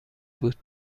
بود